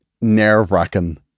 nerve-wracking